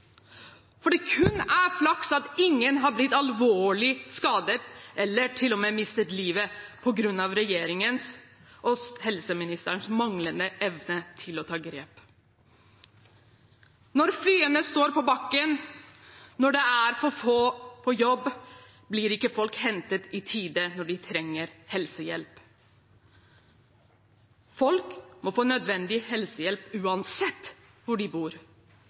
det det regjeringen her har satset på? Det er kun flaks at ingen har blitt alvorlig skadet eller til og med mistet livet på grunn av regjeringens og helseministerens manglende evne til å ta grep. Når flyene står på bakken, når det er for få på jobb, blir ikke folk hentet i tide når de trenger helsehjelp. Folk må få nødvendig helsehjelp uansett hvor de bor.